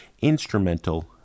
instrumental